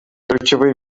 ключевые